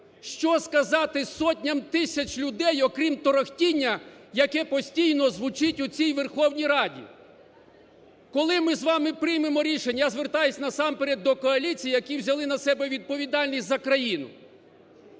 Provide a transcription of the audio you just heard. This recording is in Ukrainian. Що сказати сотням тисяч людей, окрім торохтіння, яке постійно звучить у цій Верховній Раді. Коли ми з вами приймемо рішення, я звертаюсь насамперед до коаліції, яка взяла на себе відповідальність за країну?